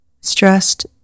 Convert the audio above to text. stressed